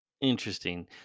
Interesting